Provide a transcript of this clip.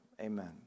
amen